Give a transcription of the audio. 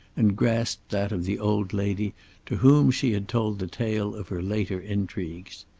and grasped that of the old lady to whom she had told the tale of her later intrigues.